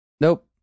Nope